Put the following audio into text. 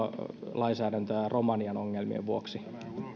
lainsäädäntöä romanian ongelmien vuoksi